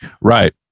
right